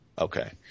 Okay